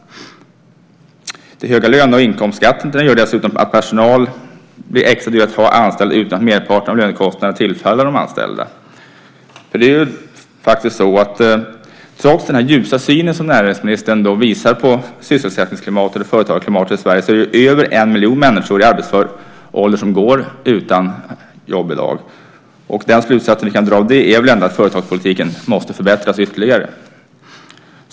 De höga löne och inkomstskatterna gör dessutom att personal blir extra dyr att ha anställd utan att merparten av lönekostnaderna tillfaller de anställda. Faktum är att trots den ljusa syn som näringsministern har på sysselsättnings och företagarklimatet i Sverige är det över en miljon människor i arbetsför ålder som går utan jobb i dag. Den slutsats vi kan dra av det är att företagarpolitiken måste förbättras ytterligare.